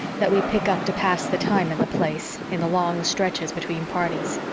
that we pick up to pass the time in the place in the long stretches between parties.